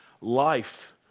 life